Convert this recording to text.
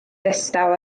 ddistaw